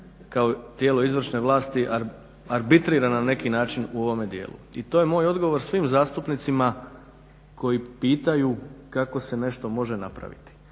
kao tijelo izvršne vlasti arbitrira na neki način u ovome dijelu. I to je moj odgovor svim zastupnicima koji pitaju kako se nešto može napraviti.